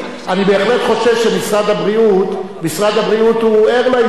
אני בהחלט חושב שהמשרד ער לעניין הזה.